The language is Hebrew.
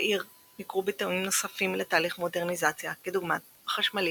בעיר ניכרו ביטויים נוספים לתהליך המודרניזציה כדוגמת החשמלית,